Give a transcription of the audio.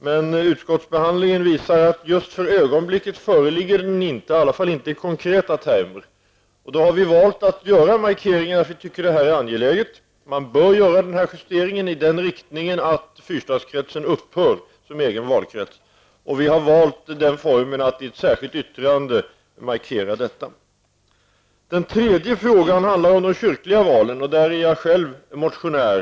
Men utskottsbehandlingen visar att den för ögonblicket inte föreligger, i varje fall inte i konkreta termer. Vi har då valt att göra markeringen att vi anser att detta är angeläget. Man bör göra en justering i den riktningen att fyrstadskretsen upphör som egen valkrets. Vi moderater har markerat detta i ett särskilt yttrande. Den tredje frågan handlar om de kyrkliga valen, och där är jag själv motionär.